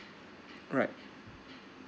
alright